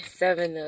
seven